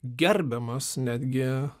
gerbiamas netgi